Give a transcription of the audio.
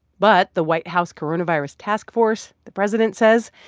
but the white house coronavirus task force, the president says,